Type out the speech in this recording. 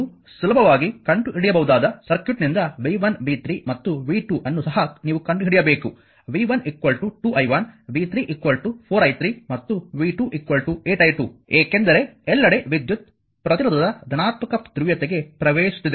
ನೀವು ಸುಲಭವಾಗಿ ಕಂಡುಹಿಡಿಯಬಹುದಾದ ಸರ್ಕ್ಯೂಟ್ನಿಂದ v 1 v 3 ಮತ್ತು v 2 ಅನ್ನು ಸಹ ನೀವು ಕಂಡುಹಿಡಿಯಬೇಕು v 1 2 i1 v 3 4i3 ಮತ್ತು v 2 8 i2 ಏಕೆಂದರೆ ಎಲ್ಲೆಡೆ ವಿದ್ಯುತ್ ಪ್ರತಿರೋಧದ ಧನಾತ್ಮಕ ಧ್ರುವೀಯತೆಗೆ ಪ್ರವೇಶಿಸುತ್ತಿದೆ